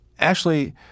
Ashley